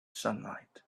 sunlight